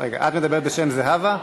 רגע, את מדברת בשם זהבה?